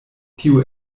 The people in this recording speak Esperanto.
tio